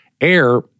air